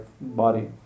body